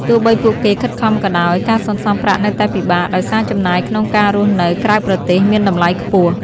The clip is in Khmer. ទោះបីពួកគេខិតខំក៏ដោយ ការសន្សំប្រាក់នៅតែពិបាកដោយសារចំណាយក្នុងការរស់នៅក្រៅប្រទេសមានតម្លៃខ្ពស់។